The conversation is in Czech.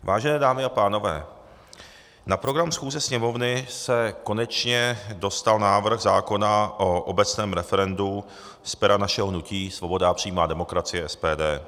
Vážené dámy a pánové, na program schůze Sněmovny se konečně dostal návrh zákona o obecném referendu z pera našeho hnutí Svoboda a přímá demokracie, SPD.